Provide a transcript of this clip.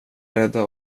rädda